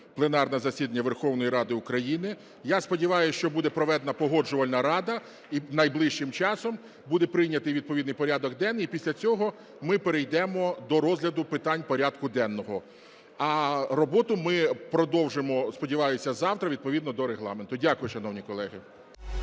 пленарне засідання Верховної Ради України. Я сподіваюсь, що буде проведена Погоджувальна рада, і найближчим часом буде прийнятий відповідний порядок денний, і після цього ми перейдемо до розгляду питань порядку денного. А роботу ми продовжимо, сподіваюся, завтра відповідно до Регламенту. Дякую, шановні колеги.